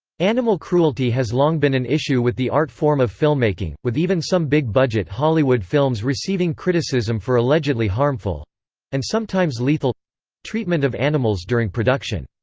animal cruelty has long been an issue with the art form of filmmaking, with even some big-budget hollywood films receiving criticism for allegedly harmful and sometimes lethal treatment of animals during production.